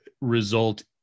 result